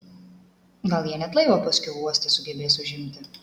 gal jie net laivą paskiau uoste sugebės užimti